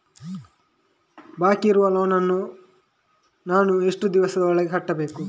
ಬಾಕಿ ಇರುವ ಲೋನ್ ನನ್ನ ನಾನು ಎಷ್ಟು ದಿವಸದ ಒಳಗೆ ಕಟ್ಟಬೇಕು?